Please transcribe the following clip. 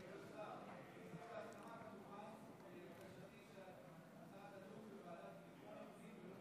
תדון בוועדת לביטחון הפנים ולא